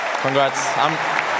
congrats